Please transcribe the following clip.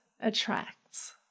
attracts